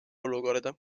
olukorda